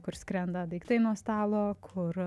kur skrenda daiktai nuo stalo kur